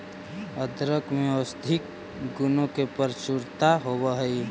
अदरक में औषधीय गुणों की प्रचुरता होवअ हई